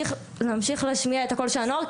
להמשיך להשמיע את הקול של הנוער,